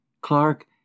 Clark